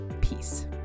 peace